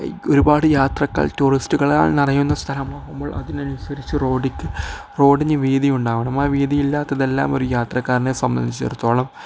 ഒരുപാട് യാത്രക്കൾ ടൂറിസ്റ്റുകളാൽ നിറയുന്ന സ്ഥലമാകുമ്പോൾ അതിന് അനുസരിച്ചു റോഡിന് റോഡിന് വീതി ഉണ്ടാവണം ആ വീതിയില്ലാത്തതെല്ലാം ഒരു യാത്രക്കാരനെ സംബന്ധിച്ചിടത്തോളം